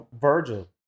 Virgil